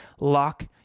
Lock